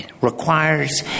requires